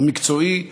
המקצועי,